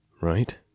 right